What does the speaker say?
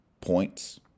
points